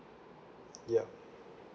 yup